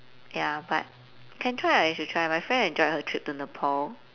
ya but can try ah you should try my friend enjoyed her trip to nepal